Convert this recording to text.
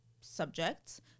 subjects